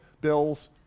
bills